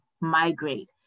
migrate